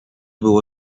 było